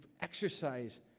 exercise